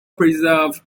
preserved